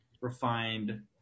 refined